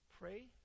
Pray